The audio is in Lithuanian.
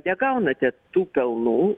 negaunate tų pelnų